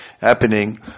happening